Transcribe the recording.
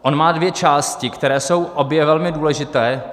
On má dvě části, které jsou obě velmi důležité.